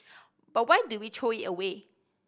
but why do we throw it away